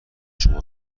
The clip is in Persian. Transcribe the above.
شما